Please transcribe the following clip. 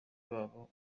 babo